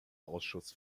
ausschuss